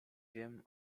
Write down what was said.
wiem